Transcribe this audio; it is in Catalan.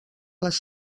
les